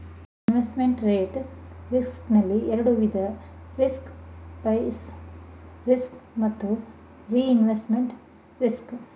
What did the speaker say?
investment rate risk ನಲ್ಲಿ ಎರಡು ವಿಧ ರಿಸ್ಕ್ ಪ್ರೈಸ್ ರಿಸ್ಕ್ ಮತ್ತು ರಿಇನ್ವೆಸ್ಟ್ಮೆಂಟ್ ರಿಸ್ಕ್